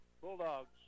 Bulldogs